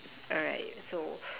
alright so